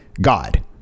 God